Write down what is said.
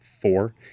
four